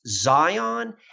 Zion